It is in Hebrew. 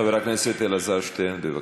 חבר הכנסת אלעזר שטרן, בבקשה.